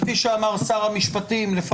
כפי שאמר שר המשפטים לשעבר,